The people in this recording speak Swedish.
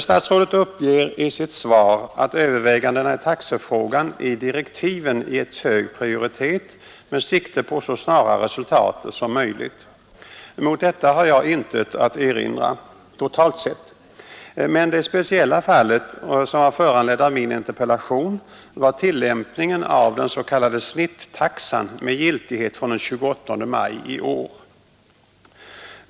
Statsrådet uppger i sitt svar att ”övervägandena i taxefrågan i direktiven getts hög prioritet med sikte på så snara resultat som möjligt”. Mot detta har jag intet att erinra, totalt sett. Men det speciella fall som föranledde min interpellation var tillämpningen av den s.k. snittaxan med giltighet från den 28 maj i år.